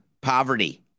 poverty